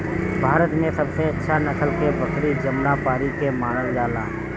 भारत में सबसे अच्छा नसल के बकरी जमुनापारी के मानल जाला